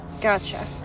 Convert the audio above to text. Gotcha